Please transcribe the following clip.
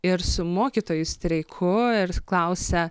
ir su mokytojų streiku ir klausia